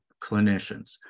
clinicians